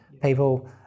people